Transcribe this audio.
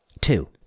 two